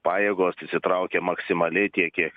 pajėgos įsitraukė maksimaliai tiek kiek